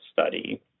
study